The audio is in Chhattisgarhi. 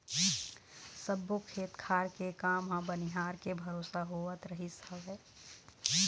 सब्बो खेत खार के काम ह बनिहार के भरोसा होवत रहिस हवय